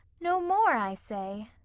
no more i say.